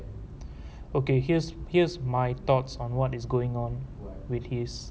okay here's here's my thoughts on what is going on with his